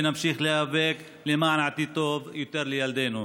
ונמשיך להיאבק למען עתיד טוב יותר לילדינו.